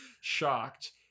shocked